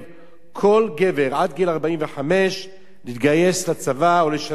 כל גבר עד גיל 45 להתגייס לצבא או לשלם כופר.